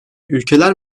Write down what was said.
ülkeler